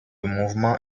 mouvements